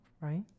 right